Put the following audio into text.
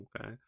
okay